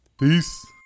Peace